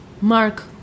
Mark